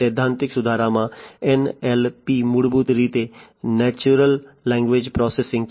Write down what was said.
સૈદ્ધાંતિક સુધારણામાં NLP મૂળભૂત રીતે નેચરલ લેંગ્વેજ પ્રોસેસિંગ છે